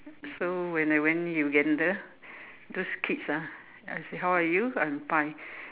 so when I went Uganda those kids ah I say how are you I'm fine